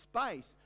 space